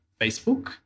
Facebook